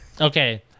Okay